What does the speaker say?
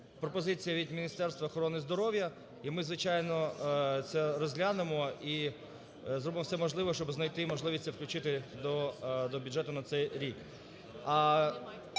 пропозиція від Міністерства охорони здоров'я, і ми, звичайно, це розглянемо і зробимо все можливе, щоби знайти можливість це включити до бюджету на цей рік.